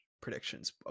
predictions